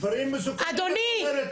דברים מסוכנים את אומרת.